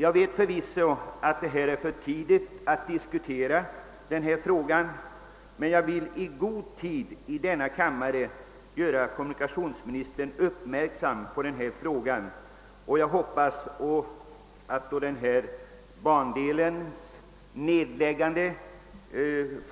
Jag vet förvisso att det är för tidigt att nu diskutera denna fråga, men jag har velat göra kommunikationsministern uppmärksam på detta spörsmål och hoppas att vad jag nu anfört kommer att vinna beaktande när nedläggning av